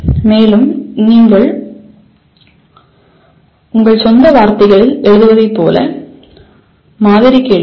மேலும் உங்கள் சொந்த வார்த்தைகளில் எழுதுவதைப் போல மாதிரி கேள்விகள்